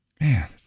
man